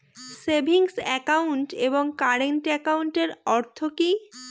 Savings account এবং current একাউন্টের অর্থ কি?